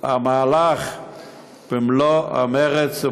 המהלך במלוא המרץ.